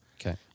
Okay